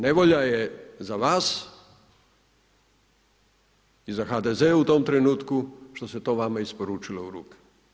Nevolja je za vas i za HDZ u tom trenutku, što se to vama isporučilo u ruke.